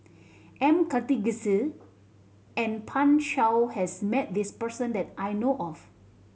M Karthigesu and Pan Shou has met this person that I know of